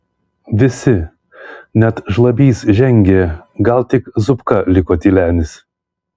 visi net žlabys žengė gal tik zupka liko tylenis